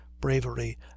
bravery